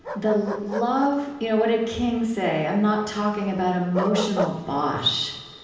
the love you know what did king say? i'm not talking about emotional bosh.